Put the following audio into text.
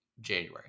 january